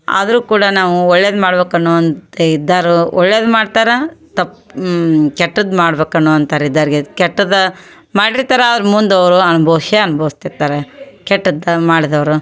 ಆದರೂ ಕೂಡ ನಾವು ಒಳ್ಳೇದು ಮಾಡ್ಬೇಕು ಅನ್ನೋ ಅಂತ ಇದ್ದೋರು ಒಳ್ಳೇದು ಮಾಡ್ತಾರೆ ತಪ್ಪು ಕೆಟ್ಟದ್ದು ಮಾಡ್ಬೇಕು ಅನ್ನೋ ಅಂತಾರೆ ಇದ್ದೋರ್ಗೆ ಕೆಟ್ಟದ್ದು ಮಾಡಿರ್ತಾರೆ ಅವ್ರು ಮುಂದೆ ಅವರು ಅನ್ಬೋಸೇ ಅನುಭವ್ಸ್ತಿರ್ತಾರೆ ಕೆಟ್ಟದ್ದು ಮಾಡಿದವ್ರು